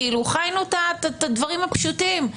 חיינו את הדברים הפשוטים.